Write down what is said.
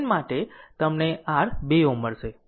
RN માટે તમને r 2 Ω મળશે